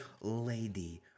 lady